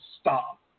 stop